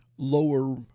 lower